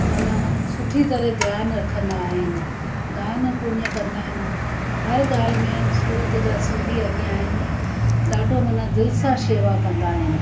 माना सुठी तरह ध्यानु रखंदा आहिनि दानु पुञु कंदा आहिनि हर ॻाल्हि में सूरत जा सिंधी अॻियां आहिनि ॾाढो माना दिलि सां शेवा कंदा आहिनि